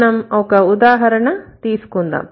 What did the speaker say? మనం ఒక ఉదాహరణ తీసుకుందాం